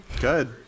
Good